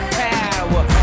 power